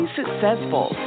successful